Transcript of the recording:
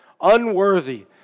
Unworthy